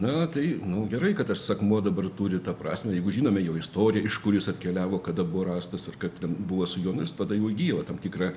na tai nu gerai kad aš sakau dabar turi tą prasme jeigu žinome jo istoriją iš kur jis atkeliavo kada buvo rastas ar kaip ten buvo su jomis tada jau įgijo tam tikrą